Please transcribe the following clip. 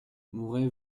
mouret